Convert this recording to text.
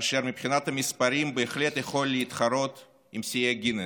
אשר מבחינת המספרים בהחלט יכול להתחרות עם שיאי גינס.